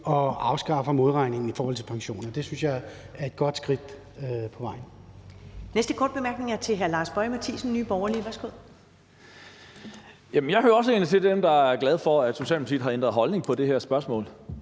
og afskaffer modregningen i pensionen. Det synes jeg er et godt skridt på vejen.